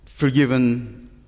forgiven